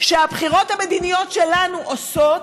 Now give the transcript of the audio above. שהבחירות המדיניות שלנו עושות.